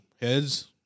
heads